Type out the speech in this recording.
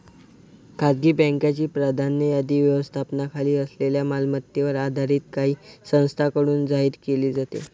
खासगी बँकांची प्राधान्य यादी व्यवस्थापनाखाली असलेल्या मालमत्तेवर आधारित काही संस्थांकडून जाहीर केली जाते